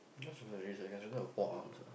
yours from the race four arms ah